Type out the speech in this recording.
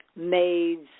Maids